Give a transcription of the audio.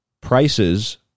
prices